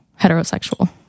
heterosexual